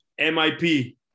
MIP